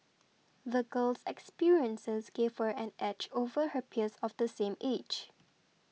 the girl's experiences gave her an edge over her peers of the same age